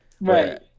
Right